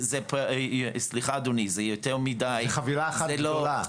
סליחה, אדוני -- זה חבילה אחת גדולה.